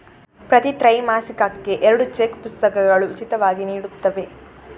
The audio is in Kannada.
ಪ್ರತಿ ತ್ರೈಮಾಸಿಕಕ್ಕೆ ಎರಡು ಚೆಕ್ ಪುಸ್ತಕಗಳು ಉಚಿತವಾಗಿ ನೀಡುತ್ತವೆ